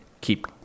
keep